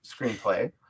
screenplay